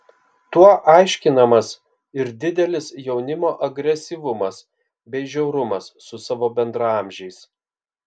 tuo aiškinamas ir didelis jaunimo agresyvumas bei žiaurumas su savo bendraamžiais